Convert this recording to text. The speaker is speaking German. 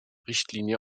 richtlinie